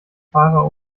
fahrer